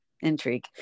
intrigue